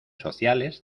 sociales